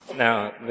now